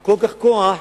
כל כך הרבה כוח